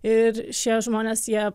ir šie žmonės jie